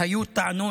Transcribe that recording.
היו טענות,